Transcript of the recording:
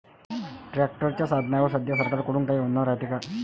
ट्रॅक्टरच्या साधनाईवर सध्या सरकार कडून काही अनुदान रायते का?